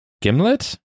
Gimlet